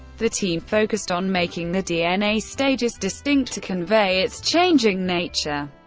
the team focused on making the dna stages distinct to convey its changing nature.